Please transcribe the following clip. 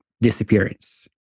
disappearance